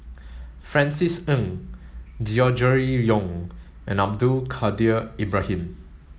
Francis Ng Gregory Yong and Abdul Kadir Ibrahim